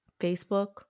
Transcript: facebook